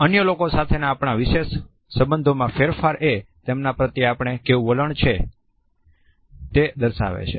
અન્ય લોકો સાથેના આપણા વિશેષ સંબંધોમાં ફેરફાર એ તેમના પ્રત્યે આપણું કેવું વલણ છે તે દર્શાવે છે